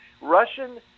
Russian